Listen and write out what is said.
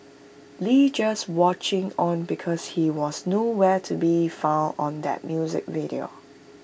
lee just watching on because he was no where to be found on that music video